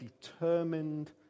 determined